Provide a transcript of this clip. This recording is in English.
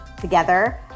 together